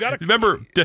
remember